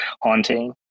haunting